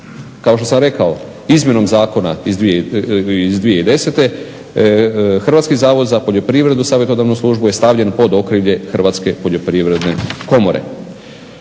kao što sam rekao izmjenom zakona iz 2010. Hrvatski zavod za poljoprivrednu savjetodavnu službu je stavljen pod okrilje Hrvatske poljoprivredne komore.